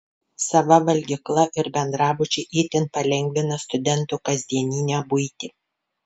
sava valgykla ir bendrabučiai itin palengvina studentų kasdieninę buitį